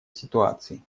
ситуации